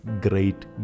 great